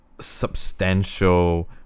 substantial